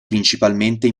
principalmente